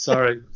Sorry